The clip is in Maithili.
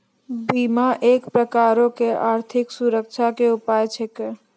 बीमा एक प्रकारो के आर्थिक सुरक्षा के उपाय छिकै